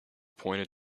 pointed